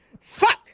Fuck